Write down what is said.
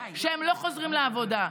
שהם לא חוזרים לעבודה,